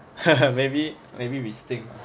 maybe maybe we stink ah